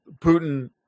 Putin